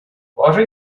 положи